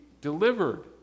delivered